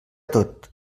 tot